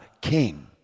King